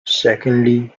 secondly